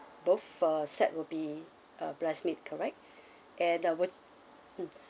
both uh set will be uh breast meat correct and uh would